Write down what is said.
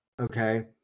Okay